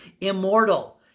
immortal